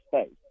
space